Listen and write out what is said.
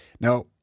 Now